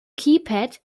keypad